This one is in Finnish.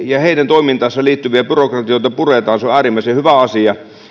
ja heidän toimintaansa liittyviä byrokratioita puramme on äärimmäisen hyvä asia